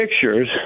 pictures